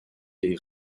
les